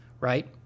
right